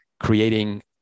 creating